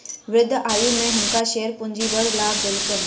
वृद्ध आयु में हुनका शेयर पूंजी बड़ लाभ देलकैन